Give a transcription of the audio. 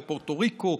בפורטו ריקו,